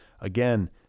Again